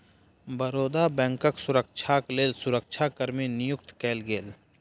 बड़ौदा बैंकक सुरक्षाक लेल सुरक्षा कर्मी नियुक्त कएल गेल